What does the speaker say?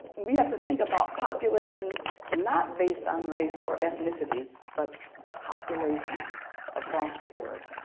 we have to think about populations not based on race or ethnicity but populations across the board.